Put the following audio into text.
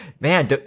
man